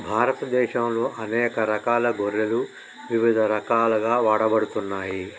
భారతదేశంలో అనేక రకాల గొర్రెలు ఇవిధ రకాలుగా వాడబడుతున్నాయి